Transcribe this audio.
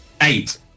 Eight